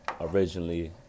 Originally